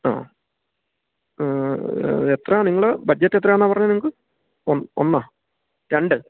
ആ എത്രയാ നിങ്ങൾ ബഡ്ജറ്റ് എത്രയാണെന്നാ പറഞ്ഞത് നിങ്ങൾക്ക് ഒന്നോ രണ്ട്